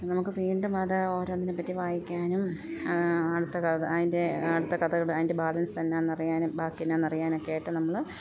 നമുക്ക് വീണ്ടും അത് ഓരോന്നിനെപ്പറ്റി വായിക്കാനും ആടുത്ത കഥ അയിൻ്റെ അടുത്ത കഥകൾ അയിൻ്റെ ബാലൻസ് എന്നാ എന്നറിയാനും ബാക്കിയെന്നാ എന്നറിയാനൊക്കെ ആയിട്ട് നമ്മൾ